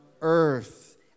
earth